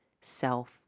self